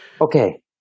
Okay